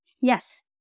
Yes